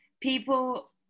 people